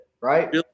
right